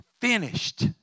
finished